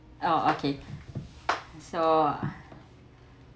oh okay so